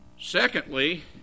Secondly